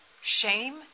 shame